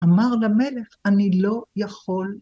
אמר למלך אני לא יכול.